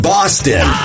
Boston